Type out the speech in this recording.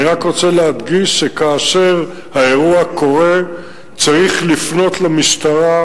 אני רק רוצה להדגיש שכאשר האירוע קורה צריך לפנות למשטרה,